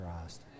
Christ